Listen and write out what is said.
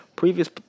Previous